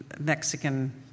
Mexican